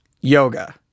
Yoga